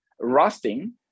rusting